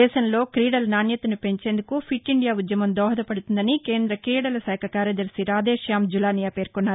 దేశంలో క్రీడల నాణ్యతను పెంచేందుకు ఫిట్ ఇండియా ఉద్యమం దోహద పదుతుందని కేంద్ర క్రీడలశాఖ కార్యదర్శి రాధేష్యామ్ జులానియా పేర్కొన్నారు